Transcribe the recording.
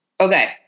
Okay